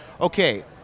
Okay